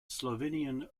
slovenian